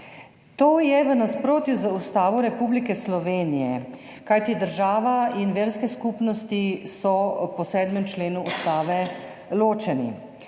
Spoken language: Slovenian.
To je v nasprotju z Ustavo Republike Slovenije, kajti država in verske skupnosti so po 7. členu Ustave ločene.